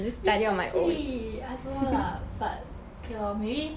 precisely I don't know lah but okay lor maybe